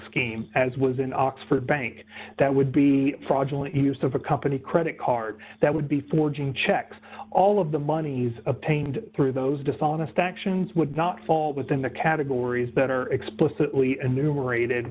scheme as was an oxford bank that would be fraudulent use of a company credit card that would be forging checks all of the monies obtained through those dishonest actions would not fall within the categories that are explicitly numerated